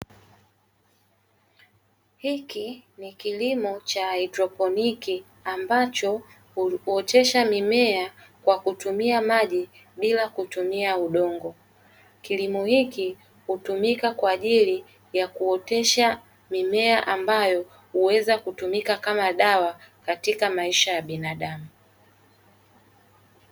Hiki ni kilimo cha hydroponiki, ambacho huotesha mimea kwa kutumia maji bila kutumia udongo. Kilimo hiki hutumika kwa ajili ya kuotesha mimea ambayo huweza kutumika kama dawa katika maisha ya binadamu.